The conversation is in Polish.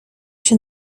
się